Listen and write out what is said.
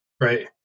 Right